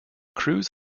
crews